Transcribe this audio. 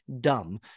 dumb